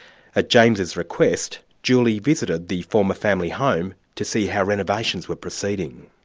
at james's request, julie visited the former family home to see how renovations were proceeding.